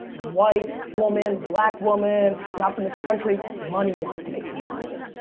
white woman, black woman, not from this country. money wants to make money.